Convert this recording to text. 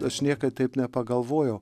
aš niekad taip nepagalvojau